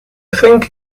thank